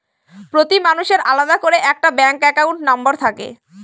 প্রতি মানুষের আলাদা করে একটা ব্যাঙ্ক একাউন্ট নম্বর থাকে